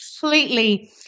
completely